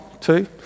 Two